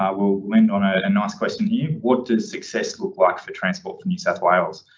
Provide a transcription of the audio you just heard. um we'll end on a nice question here. what does success look like for transport for new south wales?